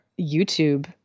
YouTube